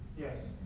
Yes